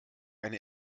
eine